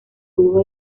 tuvo